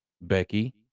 Becky